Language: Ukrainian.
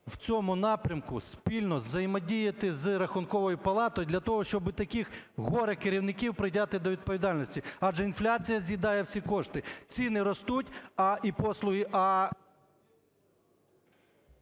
в цьому напрямку спільно взаємодіяти з Рахунковою палатою для того, щоби таких горе-керівників притягти до відповідальності? Адже інфляція з'їдає всі кошти, ціни ростуть і послуги,